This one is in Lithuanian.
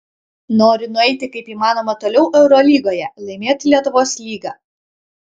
noriu nueiti kaip įmanoma toliau eurolygoje laimėti lietuvos lygą